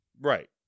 right